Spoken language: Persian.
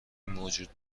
موجود